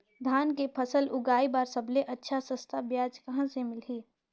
धान के फसल उगाई बार सबले अच्छा सस्ता ब्याज कहा ले मिलही?